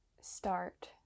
start